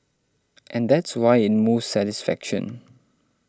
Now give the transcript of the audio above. and that's why it moves satisfaction